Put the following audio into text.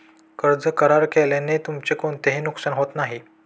कर्ज करार केल्याने तुमचे कोणतेही नुकसान होत नाही